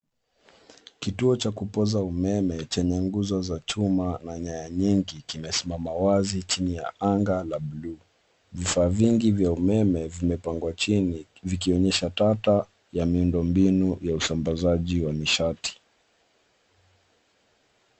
Kituo cha kupoza umeme chenye nguzo za chuma na nyaya nyingi kimesimama wazi chini ya anga la buluu. Vifaa vingi vya umeme vimepangwa chini vikionyesha tata ya miundombinu ya usambazaji wa nishati.